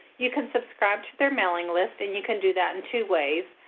you can subscribe to their mailing list and you can do that in two ways.